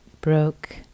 broke